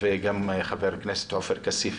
וגם חבר הכנסת עופר כסיף.